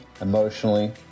emotionally